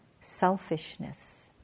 selfishness